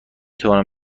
توانم